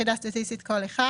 יחידה סטטיסטית-כל אחד